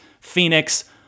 Phoenix